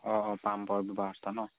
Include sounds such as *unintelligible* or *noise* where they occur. অঁ অঁ পাম *unintelligible* ন